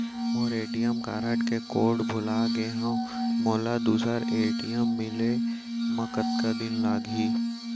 मोर ATM card के code भुला गे हव, मोला दूसर ए.टी.एम मिले म कतका दिन लागही?